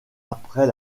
après